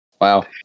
wow